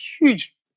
huge